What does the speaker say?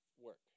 work